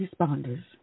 responders